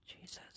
Jesus